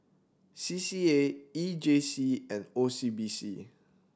C C A E J C and O C B C